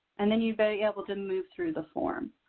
and then you'll be able to move through the form.